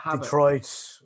Detroit